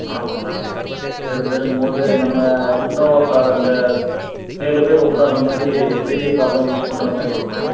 ஆமாம் மேம் ஏழு பேருங்கும்போது நம்ம இன்னோவா கார் அந்த ஏழு பேர் உட்கார மாதிரி பெரிய கார் தான் யூஸ் பண்ணுற மாதிரி வரும் மேம்